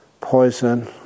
poison